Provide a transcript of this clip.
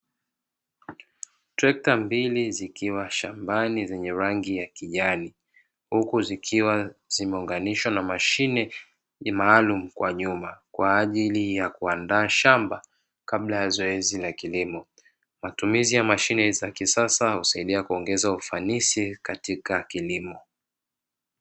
Trekta mbili zikiwa shambani zenye rangi ya kijani, huku zikiwa zimeunganishwa na Mashine maalumu kwa nyuma kwa ajili ya kuandaa shamba kabla ya zoezi la kilimo. Matumizi ya mashine za kisasa husaidia kuongeza ufanisi katika kilimo.